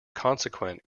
consequent